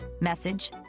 message